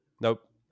Nope